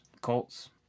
Colts